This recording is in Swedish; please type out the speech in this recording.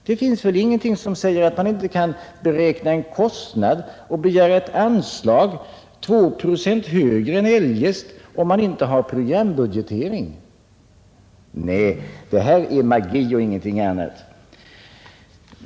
Det är väl ingenting som säger att man inte kan beräkna en kostnad och begära ett anslag som blir två procent högre än eljest, om man inte har programbudgetering. Nej det där är magi och ingenting annat.